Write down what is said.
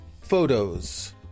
photos